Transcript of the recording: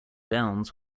downs